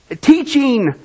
teaching